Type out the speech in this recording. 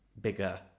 bigger